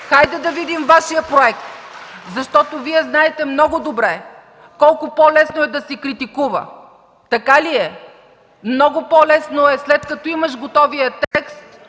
Хайде да видим Вашия проект. Вие знаете много добре колко по-лесно е да се критикува. Така ли е? Много по-лесно е, след като имаш готовия текст,